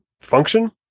function